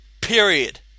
Period